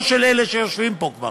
לא של אלה שיושבים פה כבר.